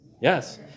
Yes